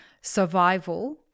survival